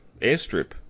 airstrip